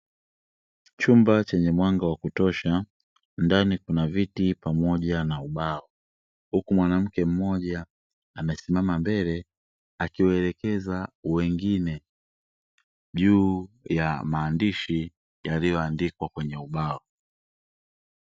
Chumba chenye mwanga wa kutosha ndani kuna viti pamoja na ubao, huku mwanamke mmoja amesimama mbele akiwaelekeza wengine juu ya maandishi yaliyoandikwa kwenye ubao.